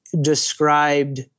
described